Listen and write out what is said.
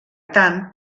tant